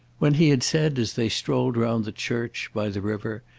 when he had said as they strolled round the church, by the river,